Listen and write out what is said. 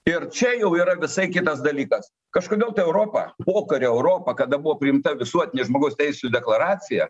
ir čia jau yra visai kitas dalykas kažkodėl tai europa pokario europa kada buvo priimta visuotinė žmogaus teisių deklaracija